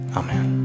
amen